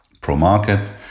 pro-market